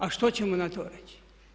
A što ćemo na to reći?